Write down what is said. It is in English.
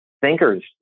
thinkers